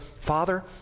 Father